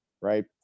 right